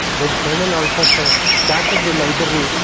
when colonel olcott ah started the library,